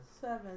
Seven